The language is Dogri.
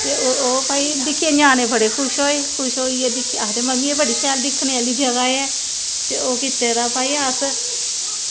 ते ओह् भई दिक्खियै ञ्यानें बड़े खुश होये ते दिक्खियै आक्खदे मम्मी एह् बड़ी शैल दिक्खने आह्ली जगह ऐ ते ओह् कीते दा की भई अस